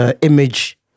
image